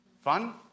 Fun